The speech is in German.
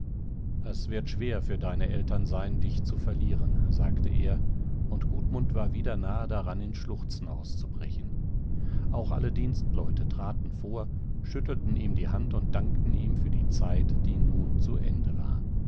es wird schwer für deine eltern sein dich zu verlieren sagte er und gudmund war wieder nahe daran in schluchzen auszubrechen auch alle dienstleute traten vor schüttelten ihm die hand und dankten ihm für die zeit die nun zu ende war